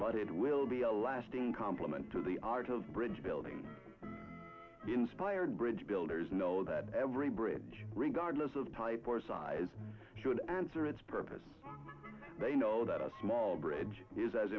but it will be a lasting complement to the art of bridge building inspired bridge builders know that every bridge regardless of type or size should answer its purpose they know that a small bridge is as